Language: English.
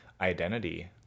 identity